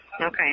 Okay